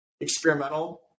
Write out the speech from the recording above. experimental